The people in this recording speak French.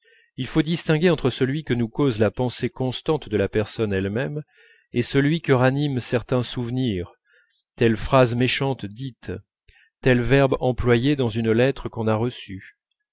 il faut distinguer entre celui que nous cause la pensée constante de la personne elle-même et celui que raniment certains souvenirs telle phrase méchante dite tel verbe employé dans une lettre qu'on a reçue